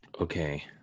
Okay